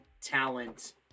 talent